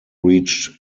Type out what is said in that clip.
reached